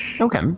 Okay